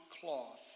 cloth